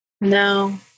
No